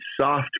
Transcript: soft